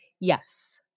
Yes